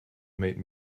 made